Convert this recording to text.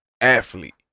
athlete